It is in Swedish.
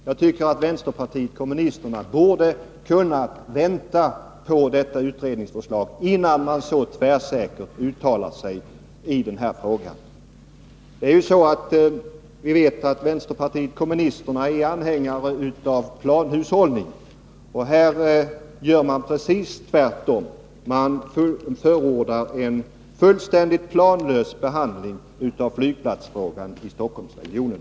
Jag tycker att vänsterpartiet kommunisterna borde kunna vänta på detta utredningsförslag innan man så tvärsäkert uttalar sig i frågan. Vi vet att vänsterpartiet kommunisterna är anhängare av planhushållning. Men här gör man precis tvärtom — man förordar en fullständigt planlös behandling av flygplatsfrågan i Stockholmsregionen.